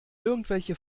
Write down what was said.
irgendwelche